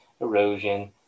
erosion